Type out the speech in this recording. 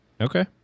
Okay